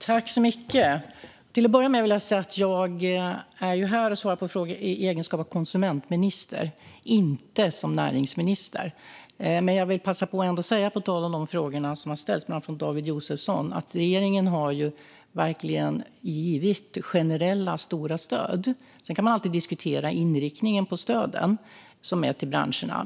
Fru talman! Till att börja med vill jag säga att jag är här för att svara på frågor i egenskap av konsumentminister, inte näringsminister. Men jag vill ändå med anledning av de frågor som har ställts, bland annat från David Josefsson, passa på att säga att regeringen verkligen har gett generella stora stöd. Sedan kan man alltid diskutera inriktningen på stöden till branscherna.